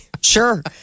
Sure